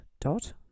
dot